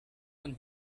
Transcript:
man